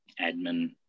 admin